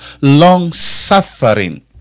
long-suffering